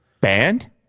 Banned